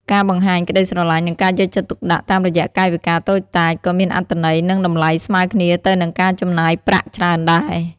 ការបង្ហាញក្តីស្រឡាញ់ និងការយកចិត្តទុកដាក់តាមរយៈកាយវិការតូចតាច ក៏មានអត្ថន័យ និងតម្លៃស្មើគ្នាទៅនឹងការចំណាយប្រាក់ច្រើនដែរ។